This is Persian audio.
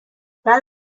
بعد